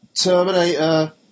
Terminator